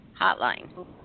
hotline